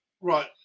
right